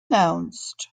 unannounced